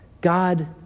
God